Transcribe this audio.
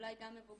ואולי גם מבוגרים,